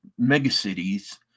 megacities